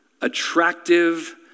attractive